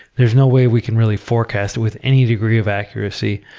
there's no way we can really forecast it with any degree of accuracy.